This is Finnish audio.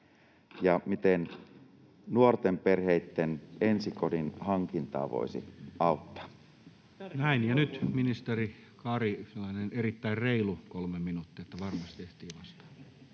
Ja miten nuorten perheitten ensikodin hankintaa voisi auttaa? Näin. —Ja nyt ministeri Kari, sellainen erittäin reilu 3 minuuttia, että varmasti ehtii vastaamaan.